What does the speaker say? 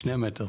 שני מטר.